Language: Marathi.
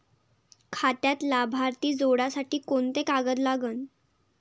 खात्यात लाभार्थी जोडासाठी कोंते कागद लागन?